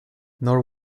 nor